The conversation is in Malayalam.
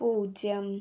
പൂജ്യം